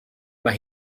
mae